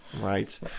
Right